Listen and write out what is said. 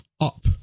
up